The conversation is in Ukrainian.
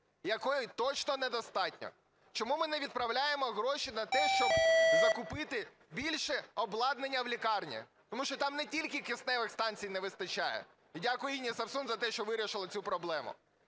якої точно недостатньо? Чому ми не відправляємо гроші на те, щоб закупити більше обладнання в лікарні, тому що там не тільки кисневих станцій не вистачає? І дякую Інні Совсун за те, що вирішила цю проблему.